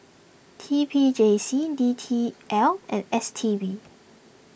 T P J C D T L and S T B